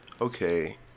okay